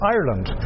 Ireland